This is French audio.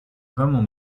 vraiment